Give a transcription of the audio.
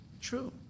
True